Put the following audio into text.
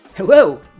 Hello